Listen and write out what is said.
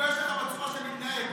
תתבייש לך בצורה שאתה מתנהג.